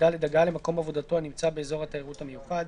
(ד)הגעה למקום עבודתו הנמצא באזור התיירות המיוחד,